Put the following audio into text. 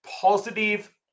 positive